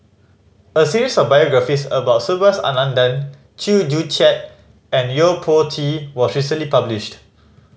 a series of biographies about Subhas Anandan Chew Joo Chiat and Yo Po Tee was recently published